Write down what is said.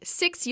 six